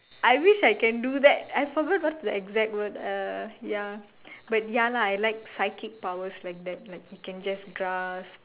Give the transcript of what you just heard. I wish I can do that I forgot what's the exact word uh ya but ya lah I like psychic powers like that like you can just grasp